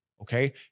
okay